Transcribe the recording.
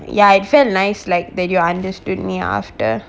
ya I'd felt nice like that you understood me after